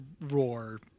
roar